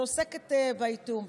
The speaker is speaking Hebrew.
שעוסקת באיטום,